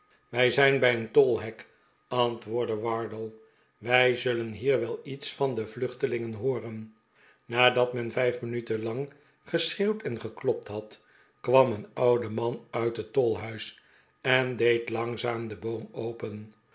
wij zijn bij een tolhek antwoordde wardle wij zullen hier wel iets van de vluehtelingen hooren nadat men vijf minuten lang geschreeuwd en geklopt had kwam een oude man uit het tolhuis en deed langzaam den boom open